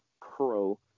pro